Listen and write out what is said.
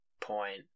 point